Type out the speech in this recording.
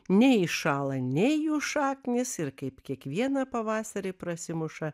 neįšąla nei jų šaknys ir kaip kiekvieną pavasarį prasimuša